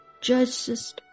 justice